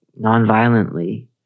nonviolently